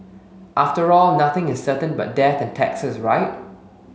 after all nothing is certain but death and taxes right